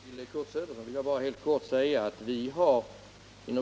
Herr talman! Till Kurt Söderström vill jag bara helt kort säga att